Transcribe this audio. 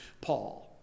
Paul